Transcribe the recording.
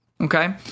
okay